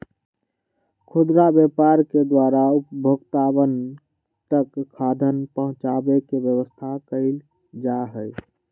खुदरा व्यापार के द्वारा उपभोक्तावन तक खाद्यान्न पहुंचावे के व्यवस्था कइल जाहई